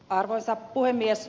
arvoisa puhemies